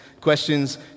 questions